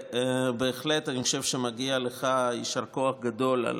אני חושב שמגיע לך יישר כוח גדול על